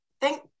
thank